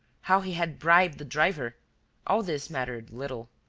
how he had bribed the driver all this mattered little.